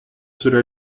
cela